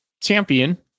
champion